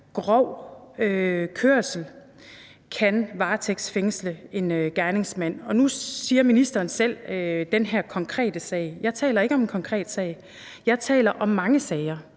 af grov kørsel, kan varetægtsfængsle en gerningsmand Nu siger ministeren selv noget om den her konkrete sag. Jeg taler ikke om en konkret sag. Jeg taler om mange sager.